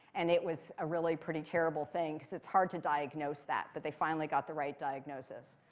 and it was a really pretty terrible thing because it's hard to diagnose that. but they finally got the right diagnosis.